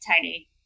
tiny